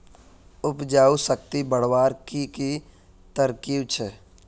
उपजाऊ शक्ति बढ़वार की की तरकीब छे?